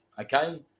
okay